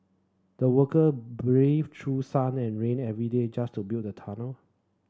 the worker braved through sun and rain every day just to build the tunnel